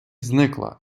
зникла